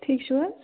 ٹھیٖک چھُو حظ